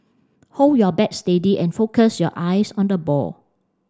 hold your bat steady and focus your eyes on the ball